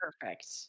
Perfect